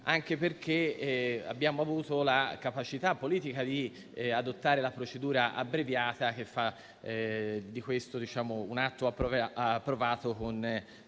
anche perché abbiamo avuto la capacità politica di adottare la procedura abbreviata, il che fa di questo provvedimento un atto approvato con